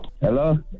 Hello